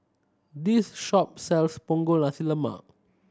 this shop sells Punggol Nasi Lemak